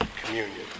Communion